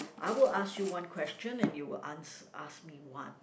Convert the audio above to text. I will ask you one question and you will answer ask me one